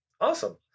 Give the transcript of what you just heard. Awesome